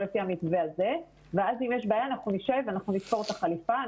לפי המתווה הזה ואז אם יש בעיה אנחנו נשב ואנחנו נתפור את החליפה,